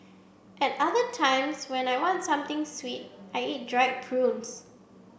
at other times when I want something sweet I eat dried prunes